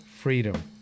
Freedom